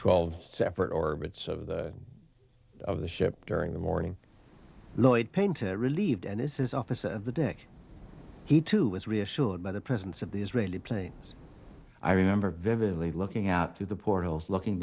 twelve separate orbits of the of the ship during the morning lloyd painted relieved and this is officer of the day he too was reassured by the presence of the israeli planes i remember vividly looking out through the port holes looking